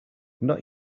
not